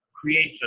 creates